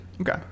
Okay